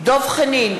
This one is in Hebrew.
דב חנין,